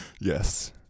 Yes